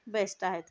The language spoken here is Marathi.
बेस्ट आहेत